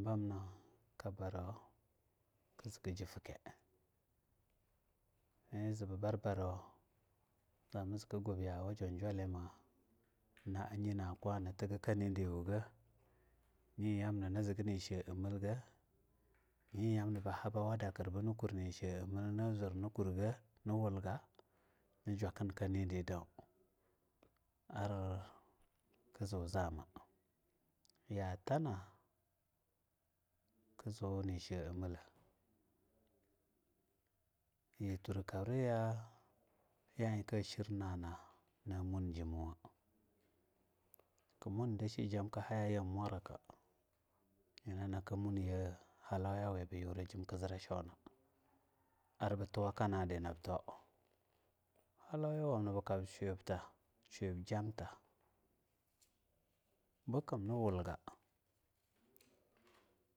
Bamno kabbarawa ku zee ku ji fuke iee bu zee bu bar barauna zamaku gubya wa jonjolime na ayi na kwonitiwga ka niriwuga, nyi yamna ni zeega nishe a milga nyiyamna bu habo bini kur nisheamil ni zur ni kurga na jokin ka niri dau, arki zuzama yaa tana kuzuni she a mila nye turkabriya ya ie ka shirnana-na mum jimwo, kumun shi jamka a hayaye moraka nyina ku mun yena halawe bu yuri jim ka zira shwona arba tuwaka nadi nabto halauyiwamna bukab shuyibta nam jamta, bukumni wulga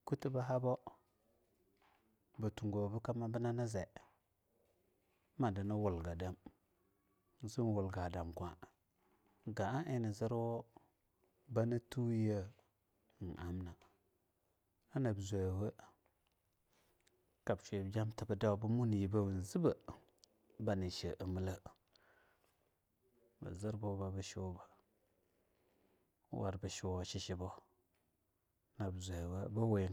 kutu bu habo butugo binani zee madini wulga dam azee wulga dam-kwa, ga a ie na zirwu banitunyena iam na na zowo bu kab shubta ba dau ar yibbe bamna ba nishe ie mila be zirbu babu shuba warbu shuwo shi shibo arnab zowo bowe.